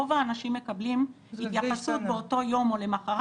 רוב האנשים מקבלים התייחסות באותו יום או למוחרת.